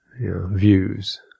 views